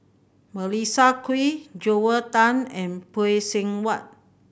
Melissa Kwee Joel Tan and Phay Seng Whatt